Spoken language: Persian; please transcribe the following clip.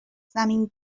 زمین